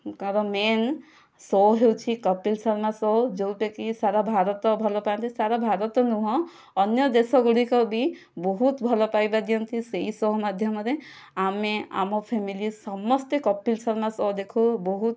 ଙ୍କର main show ହେଉଛି Kapil Sharma show ଯେଉଁଟାକି ସାରା ଭାରତ ଭଲ ପାଆନ୍ତି ସାରା ଭାରତ ନୁହଁ ଅନ୍ୟ ଦେଶ ଗୁଡ଼ିକ ବି ବହୁତ ଭଲ ପାଇବା ଦିଅନ୍ତି ସେଇ ଶୋ ମାଧ୍ୟମରେ ଆମେ ଆମ ଫ୍ୟାମିଲି ସମସ୍ତେ କପିଲ ଶର୍ମା ଶୋ ଦେଖୁ ବହୁତ